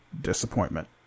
disappointment